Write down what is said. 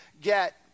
get